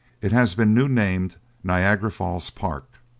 it has been new-named niagara falls park.